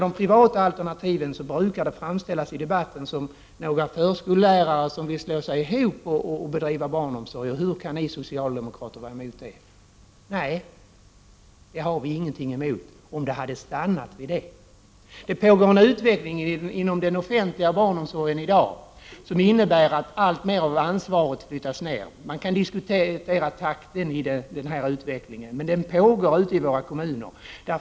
De privata alternativen brukar i debatten framställas som att det är fråga om några förskolelärare som vill slå sig ihop och bedriva barnomsorg. Och man frågar: Hur kan ni socialdemokrater vara emot det? Men nej, vi har ingenting emot det, inte om det hade stannat vid detta. Det pågår i dag inom den offentliga barnomsorgen en utveckling som innebär att alltmer av ansvaret flyttas ner. Man kan diskutera takten i denna utveckling, men den pågår ute i våra kommuner.